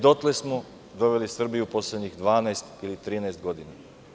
Dotle smo doveli Srbiju poslednjih 12 ili 13 godina.